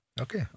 Okay